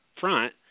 front